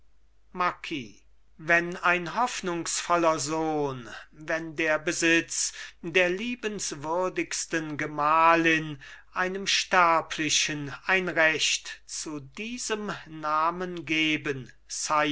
marquis wenn ein hoffnungsvoller sohn wenn der besitz der liebenswürdigsten gemahlin einem sterblichen ein recht zu diesem namen geben